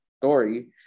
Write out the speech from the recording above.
story